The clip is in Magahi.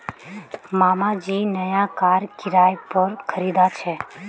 मामा जी नया कार किराय पोर खरीदा छे